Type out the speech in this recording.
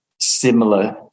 similar